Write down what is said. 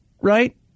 right